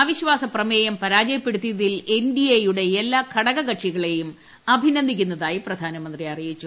അവിശ്വാസ പ്രമേയം പരാജയപ്പെടുത്തിയതിൽ എൻ ഡി എയുടെ എല്ലാ ഘടകകക്ഷികളെയും അഭിനന്ദിക്കുന്നതായി പ്രധാനമന്ത്രി അറിയിച്ചു